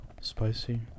Spicy